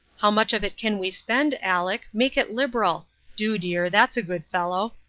how much of it can we spend, aleck? make it liberal do, dear, that's a good fellow.